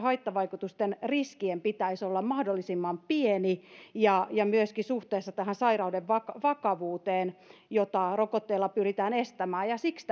haittavaikutusten riskien pitäisi olla mahdollisimman pieni myöskin suhteessa sairauden vakavuuteen jota rokotteilla pyritään estämään ja siksi